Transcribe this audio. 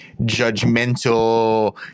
judgmental